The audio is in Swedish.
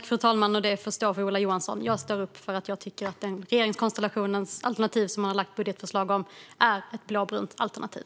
Fru talman! Det får stå för Ola Johansson. Jag står upp för att jag tycker att det alternativ som denna regeringskonstellation lagt fram ett budgetförslag om är ett blåbrunt alternativ.